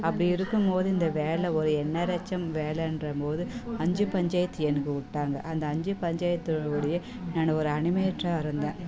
அப்படி இருக்கும் போது இந்த வேலை ஒரு என்ஆர்எச்எம் வேலைன்றம்போது அஞ்சு பஞ்சாயத்து எனக்கு விட்டாங்க அந்த அஞ்சு பஞ்சாயத்து உடைய நானும் ஒரு அனிமேட்டராக இருந்தேன்